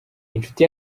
inshuti